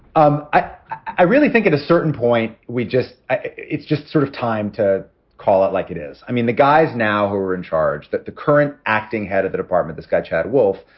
um i really think at a certain point we just it's just sort of time to call it like it is. i mean, the guys now who are in charge that the current acting head of the department, this guy, chad wolf,